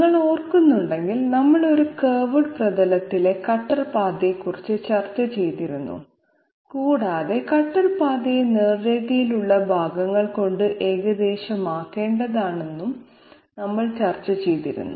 നിങ്ങൾ ഓർക്കുന്നുണ്ടെങ്കിൽ നമ്മൾ ഒരു കർവ്ഡ് പ്രതലത്തിലെ കട്ടർ പാതയെക്കുറിച്ച് ചർച്ച ചെയ്തിരുന്നു കൂടാതെ കട്ടർ പാതയെ നേർരേഖയിലുള്ള ഭാഗങ്ങൾ കൊണ്ട് ഏകദേശമാക്കേണ്ടതുണ്ടെന്നും നമ്മൾ ചർച്ച ചെയ്തിരുന്നു